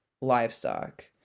livestock